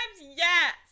yes